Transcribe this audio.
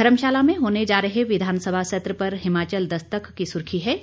धर्मशाला में होने जा रहे विधानसभा सत्र पर हिमाचल दस्तक की सुर्खी है